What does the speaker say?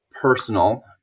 Personal